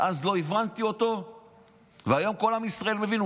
שאז לא הבנתי אותו והיום כל עם ישראל מבין.